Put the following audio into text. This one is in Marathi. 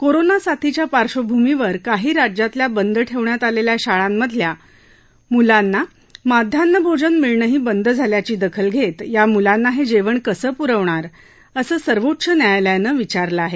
कोरोना साथीच्या पार्श्वभूमीवर काही राज्यातल्या बंद ठेवण्यात आलेल्या शाळांमधल्या मुलांना माध्यान्ह भोजन मिळणंही बंद झाल्याची दखल घेत या मूलांना हे जेवण कसं पूरवणार असं सर्वोच्च न्यायालयानं विचारलं आहे